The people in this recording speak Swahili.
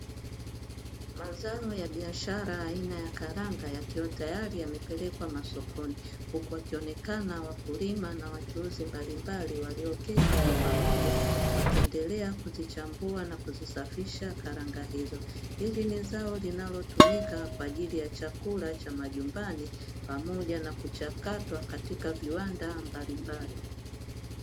Mazao ya biashara aina ya karanga yakiwa tayari yamepelekwa masokoni huku wakionekana wakulima na wachuuzi mbalimbali walioketi kwa pamoja, wakiendelea kuzichambua na kuzisafisha karnga hizo. Hili ni zao linalotumika kwa ajili ya chakula cha majukbani pamoja na kuchakatwa katika viwanda mbalimbali.